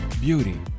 beauty